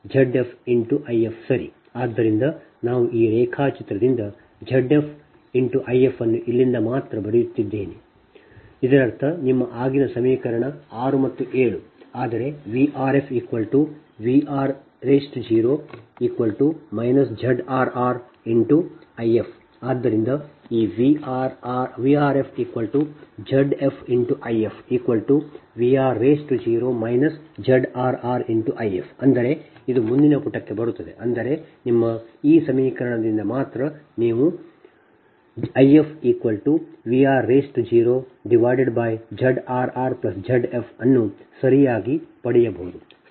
ಆದ್ದರಿಂದ ನಾವು ಈ ರೇಖಾಚಿತ್ರದಿಂದ Z f I f ಅನ್ನು ಇಲ್ಲಿಂದ ಮಾತ್ರ ಬರೆಯುತ್ತಿದ್ದೇವೆ ಇದರರ್ಥ ನಿಮ್ಮ ಆಗಿನ 6 ಮತ್ತು 7 ಸಮೀಕರಣ ಆದರೆ VrfVr0 ZrrIf ಆದ್ದರಿಂದ ಈ VrfZfIfVr0 ZrrIf ಅಂದರೆ ಇದು ಮುಂದಿನ ಪುಟಕ್ಕೆ ಬರುತ್ತದೆ ಅಂದರೆ ನಿಮ್ಮ ಈ ಸಮೀಕರಣದಿಂದ ಮಾತ್ರ ನೀವು ಆ IfVr0ZrrZf ಅನ್ನು ಸರಿಯಾಗಿ ಪಡೆಯಬಹುದು